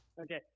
Okay